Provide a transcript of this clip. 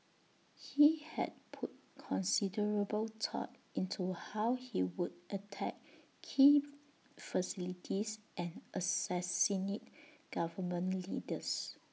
he had put considerable thought into how he would attack key facilities and assassinate government leaders